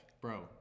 bro